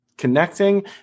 connecting